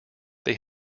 they